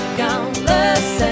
countless